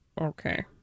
Okay